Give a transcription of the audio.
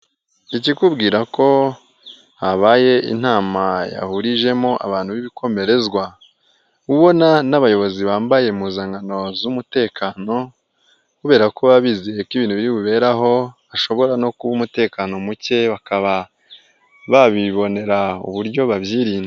Ikikubwira ko habaye inama yahurijemo abantu b'ibikomerezwa, uba ubona n'abayobozi bambaye impuzankano z'umutekano, kubera ko babizi ko ibintu biberaho hashobora no kuba umutekano muke. Bakaba babibonera uburyo babyirinda.